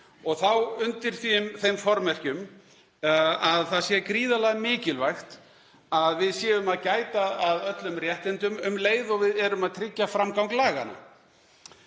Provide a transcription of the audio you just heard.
og þá undir þeim formerkjum að það sé gríðarlega mikilvægt að við séum að gæta að öllum réttindum um leið og við erum að tryggja framgang laganna.